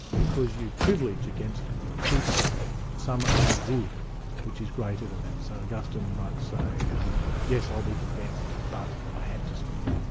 because you privilege against truth-telling some other good which is greater than that. so augustine might say um yes, i'll be condemned, but i had to speak.